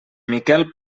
miquel